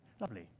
Lovely